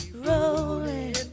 Rolling